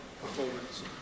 performance